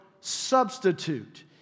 substitute